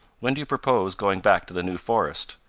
when do you purpose going back to the new forest?